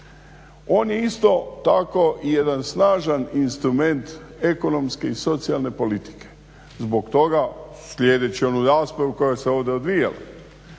On je isto tako i jedan snažan instrument ekonomske i socijalne politike. Zbog toga sljedeći onu raspravu koja se ovdje odvijala,